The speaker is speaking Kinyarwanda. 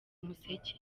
umuseke